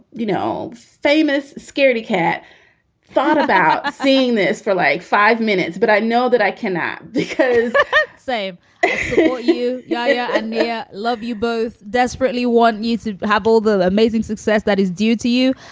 you know, famous scaredy cat thought about seeing this for like five minutes but i know that i cannot because save you. yeah yeah and mia, love you both desperately want you to have all the amazing success that is due to you.